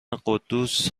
قدوس